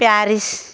Paris